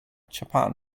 japan